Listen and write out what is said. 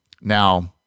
Now